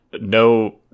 no